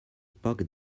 poc